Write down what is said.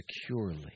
securely